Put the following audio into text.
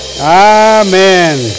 Amen